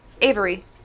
Avery